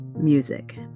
music